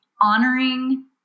honoring